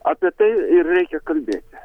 apie tai ir reikia kalbėti